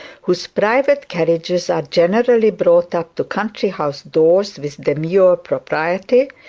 whose private carriages are generally brought up to country-house doors with demure propriety,